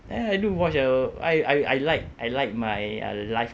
and I do watch uh I I I like I like my uh life